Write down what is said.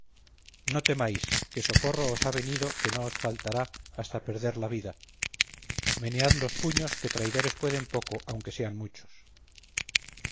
español no temáis que socorro os ha venido que no os faltará hasta perder la vida menead los puños que traidores pueden poco aunque sean muchos